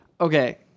okay